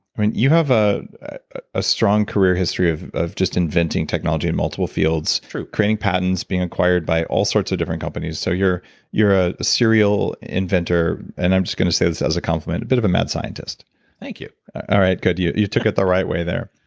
i mean, you have a a strong career history of of just inventing technology in multiple fields true. creating patents being acquired by all sorts of different companies. so you're you're a serial inventor, and i'm just going to say this as a compliment, a bit of a mad scientist thank you all right, good. you you took it the right way, there.